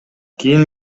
кийин